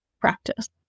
practice